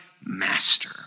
master